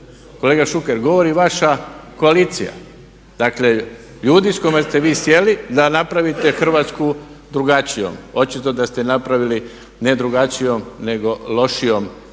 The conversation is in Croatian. Kolega Šuker govori vaša koalicija, dakle ljudi s kojima ste vi sjeli da napravite Hrvatsku drugačijom. Očito da ste je napravili ne drugačijom nego lošijom